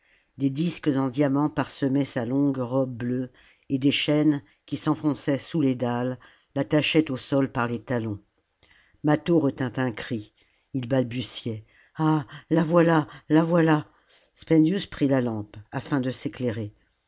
en diamant parsemaient sa longue robe bleue et des chaînes qui s'enfonçaient sous les dalles l'attachaient au sol par les talons mâtho retint un cri balbutiait ah la voilà la voilà spendius prit la lampe afin de s'éclairer